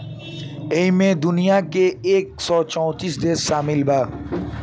ऐइमे दुनिया के एक सौ चौतीस देश सामिल बा